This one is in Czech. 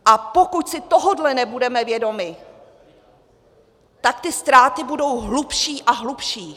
A pokud si tohoto nebudeme vědomi, tak ty ztráty budou hlubší a hlubší.